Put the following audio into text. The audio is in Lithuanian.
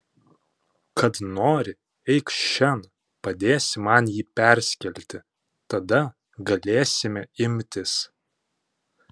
kad nori eikš šen padėsi man jį perskelti tada galėsime imtis